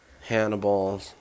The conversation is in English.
Hannibal